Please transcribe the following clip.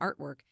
artwork